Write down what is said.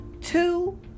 Two